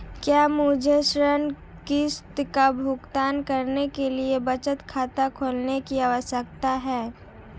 क्या मुझे ऋण किश्त का भुगतान करने के लिए बचत खाता खोलने की आवश्यकता है?